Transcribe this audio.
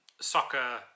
soccer